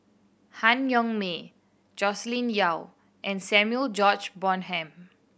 Han Yong May Joscelin Yeo and Samuel George Bonham